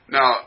Now